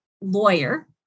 lawyer